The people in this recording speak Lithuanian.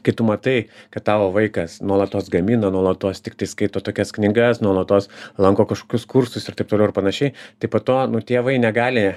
kai tu matai kad tavo vaikas nuolatos gamina nuolatos tiktai skaito tokias knygas nuolatos lanko kažkokius kursus ir taip toliau ir panašiai tai po to nu tėvai negali